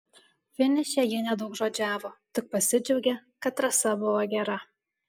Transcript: finiše jie nedaugžodžiavo tik pasidžiaugė kad trasa buvo gera